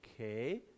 okay